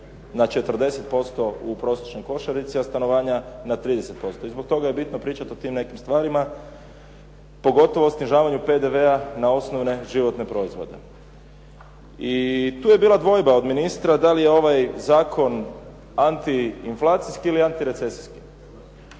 na 40% u prosječnoj košarici, a stanovanja na 30%. I zbog toga je bitno pričati o tim nekim stvarima, pogotovo o snižavanju PDV-a na osnovne životne proizvode. I tu je bila dvojba od ministra da li je ovaj zakon antiinflacijski ili anatirecesijski.